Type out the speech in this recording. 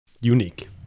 Unique